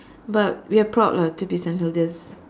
but we are proud lah to be Saint Hilda's